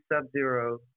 sub-zero